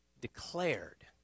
declared